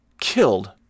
killed